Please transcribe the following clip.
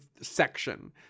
section